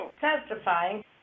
testifying